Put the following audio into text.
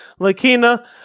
Lakina